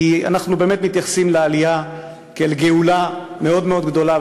כי אנחנו באמת מתייחסים לעלייה כאל גאולה מאוד מאוד גדולה,